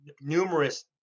numerous